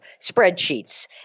spreadsheets